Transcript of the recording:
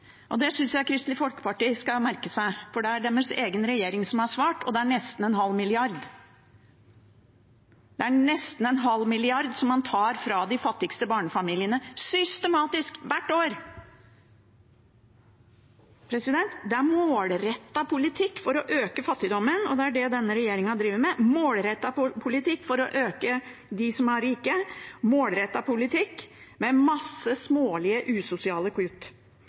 Det synes jeg Kristelig Folkeparti skal merke seg, for det er deres egen regjering som har svart, og det er nesten en halv milliard. Det er nesten en halv milliard som man tar fra de fattigste barnefamiliene systematisk hvert år. Det er målrettet politikk for å øke fattigdommen, og det er det denne regjeringen driver med – målrettet politikk for å øke inntekten til dem som er rike, målrettet politikk med masse smålige, usosiale kutt.